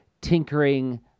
tinkering